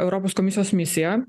europos komisijos misija